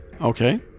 Okay